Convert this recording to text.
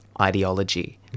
ideology